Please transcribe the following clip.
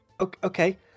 okay